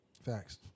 Facts